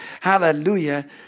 hallelujah